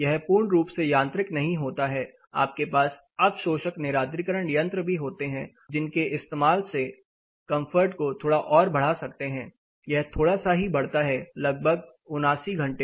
यह पूर्ण रूप से यांत्रिक नहीं होता है आपके पास अवशोषक निरार्द्रीकरण यंत्र भी होते हैं जिनके इस्तेमाल से कंफर्ट को थोड़ा और बढ़ा सकते हैं यह थोड़ा सा ही बढ़ता है लगभग 79 घंटे